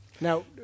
Now